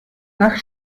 nach